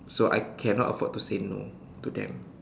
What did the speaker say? so I cannot afford to say no to them